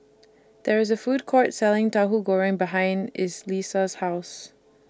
There IS A Food Court Selling Tauhu Goreng behind House